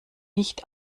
nicht